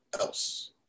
else